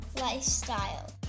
lifestyle